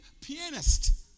pianist